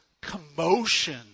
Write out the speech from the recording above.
commotion